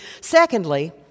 Secondly